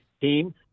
team